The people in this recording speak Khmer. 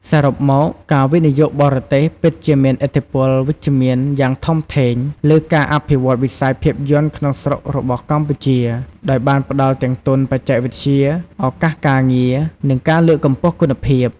សរុបមក ការវិនិយោគបរទេសពិតជាមានឥទ្ធិពលវិជ្ជមានយ៉ាងធំធេងលើការអភិវឌ្ឍវិស័យភាពយន្តក្នុងស្រុករបស់កម្ពុជា ដោយបានផ្ដល់ទាំងទុន បច្ចេកវិទ្យា ឱកាសការងារ និងការលើកកម្ពស់គុណភាព។